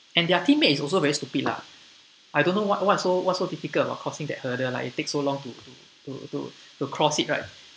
and their teammate is also very stupid lah I don't know what what's so what's your difficult about crossing that hurdle lah it takes so long to to to to cross it right